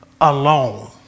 alone